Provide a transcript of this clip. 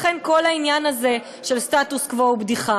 לכן, כל העניין הזה של הסטטוס-קוו הוא בדיחה.